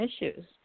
issues